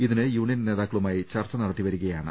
ഇതിന് union നേതാക്കളുമായി ചർച്ച നടത്തിവരികയാണ്